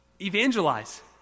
evangelize